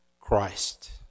Christ